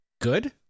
good